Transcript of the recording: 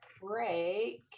break